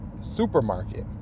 supermarket